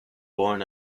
born